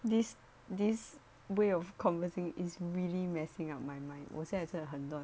this this way of conversing is really messing up my mind 我现在真的很乱